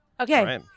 Okay